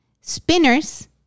Spinners